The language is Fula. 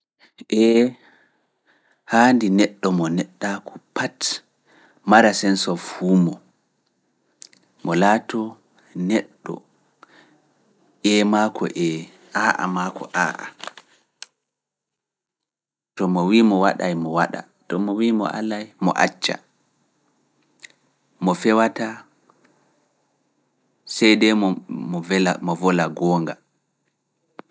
Ee haandi neɗɗo mo neɗɗaaku pat mara sense of humor, mo laatoo neɗɗo ee mako no ee, aa mako no aa, to mo wi’ ama mo waɗa mo waɗa. To mo wi’a ma mo ala mo acca, mo fewataa seedee mo vola goonga.